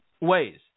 ways